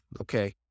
okay